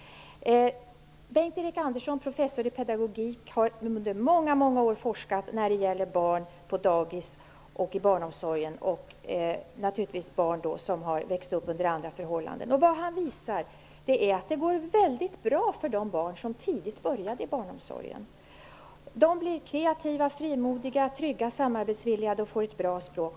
Bengt-Erik Andersson, professor i pedagogik, har under många år forskat om barn på dagis och om barn i andra omsorgsformer. Han visar att det går mycket bra för de barn som tidigt börjat på dagis. De blir kreativa, frimodiga, trygga och samarbetsvilliga, och de får ett bra språk.